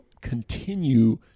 continue